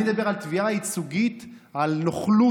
אני מדבר על תביעה ייצוגית על נוכלות,